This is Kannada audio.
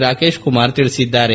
ರಾಕೇಶ್ ಕುಮಾರ್ ತಿಳಿಸಿದ್ದಾರೆ